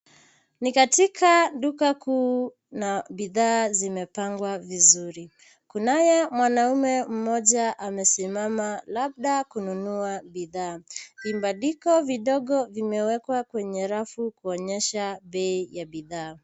Ni katika duka kuu na bidhaa zimepangwa vizuri. Kunaye mwanaume mmoja amesimama, labda kununua bidhaa. Vibandiko vidogo vimewekwa kwenye rafu kuonyesha bei ya bidhaa.